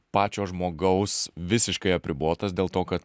pačio žmogaus visiškai apribotas dėl to kad